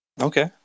Okay